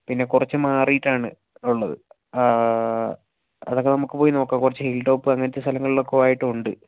പിന്നെ കുറച്ച് മാറിയിട്ടാണ് ഉള്ളത് അതൊക്കെ നമുക്ക് പോയി നോക്കാം കുറച്ച് ഹിൽ ടോപ്പ് അങ്ങനത്തെ സ്ഥലങ്ങളിൽ ഒക്കെ ആയിട്ടും ഉണ്ട്